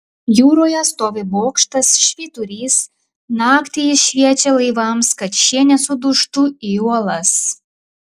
jūroje stovi bokštas švyturys naktį jis šviečia laivams kad šie nesudužtų į uolas